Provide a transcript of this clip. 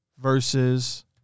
Versus